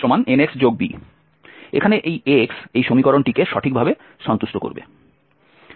এখানে এই x এই সমীকরণটিকে সঠিকভাবে সন্তুষ্ট করবে